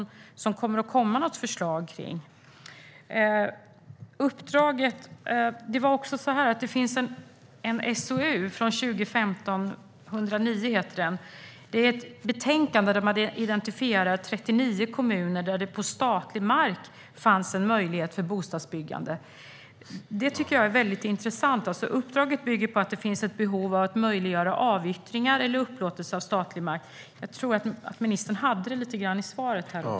Kommer det något förslag? I utredningsbetänkandet SOU 2015:109 identifieras 39 kommuner där det på statlig mark finns en möjlighet till bostadsbyggande. Det tycker jag är väldigt intressant. Uppdraget bygger på att det finns ett behov av att möjliggöra avyttringar eller upplåtelse av statlig mark - ministern hade också det med i svaret.